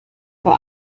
war